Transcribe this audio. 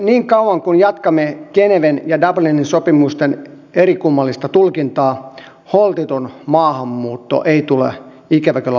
niin kauan kuin jatkamme geneven ja dublinin sopimusten eriskummallista tulkintaa holtiton maahanmuutto ei tule ikävä kyllä loppumaan